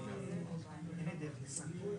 הוא מעבר לניהול של התחום הזה בשוק חופשי.